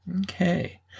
Okay